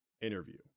Interview